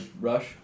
rush